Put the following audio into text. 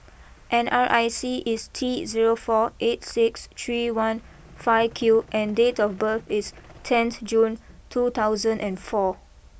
N R I C is T zero four eight six three one five Q and date of birth is tenth June two thousand and four